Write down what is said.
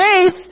faith